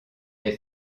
des